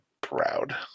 proud